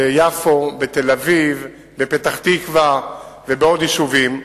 ביפו, בתל-אביב, בפתח-תקווה ובעוד יישובים.